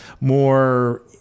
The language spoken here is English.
more